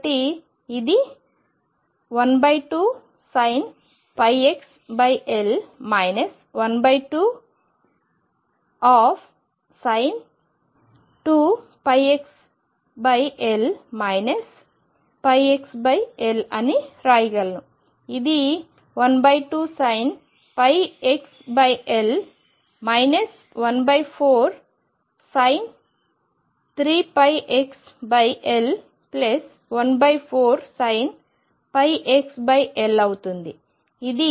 కాబట్టి ఇది 12sin πxL 12sin 2πxLπxL sin 2πxL πxL అని రాయగలను ఇది 12sin πxL 14sin 3πxL 14sin πxL అవుతుంది